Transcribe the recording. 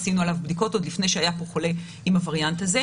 עשינו עליו בדיקות עוד לפני שהיה פה חולה עם הווריאנט הזה.